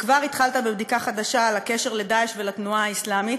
וכבר התחלת בבדיקה חדשה על הקשר ל"דאעש" ולתנועה האסלאמית,